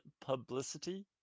publicity